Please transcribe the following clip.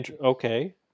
okay